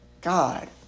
God